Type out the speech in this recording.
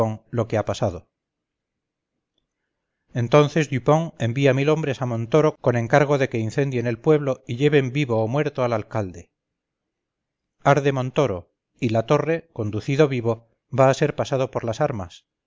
lo que ha pasado entonces dupont envía mil hombres a montoro con encargo de que incendien el pueblo y lleven vivo o muerto al alcalde arde montoro y la torre conducido vivo va a ser pasado por las armas